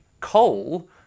Coal